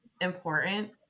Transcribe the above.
important